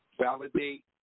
validate